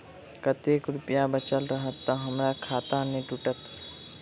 कतेक रुपया बचल रहत तऽ हम्मर खाता नै टूटत?